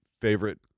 favorite